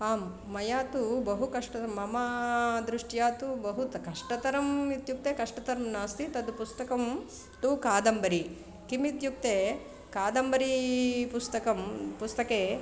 आम् मया तु कष्टतरं मम दृष्ट्या तु बहु त् कष्टतरं इत्युक्ते कष्टतरं नास्ति तत् पुस्तकं तु कादम्बरी किमित्युक्ते कादम्बरी पुस्तकं पुस्तके